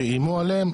שאיימו עליהם,